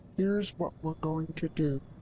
here's what we're going to do.